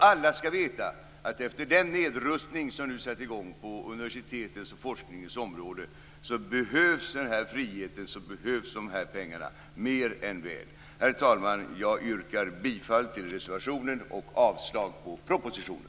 Alla skall veta att efter den nedrustning som nu satt i gång på universitetens och forskningens område behövs den här friheten, och de här pengarna behövs mer än väl. Herr talman! Jag yrkar bifall till reservationen och avslag på propositionen.